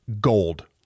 gold